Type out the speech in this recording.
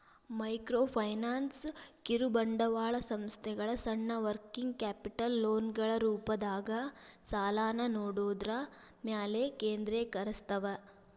microfinance ಕಿರುಬಂಡವಾಳ ಸಂಸ್ಥೆಗಳ ಸಣ್ಣ ವರ್ಕಿಂಗ್ ಕ್ಯಾಪಿಟಲ್ ಲೋನ್ಗಳ ರೂಪದಾಗ ಸಾಲನ ನೇಡೋದ್ರ ಮ್ಯಾಲೆ ಕೇಂದ್ರೇಕರಸ್ತವ